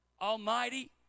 Almighty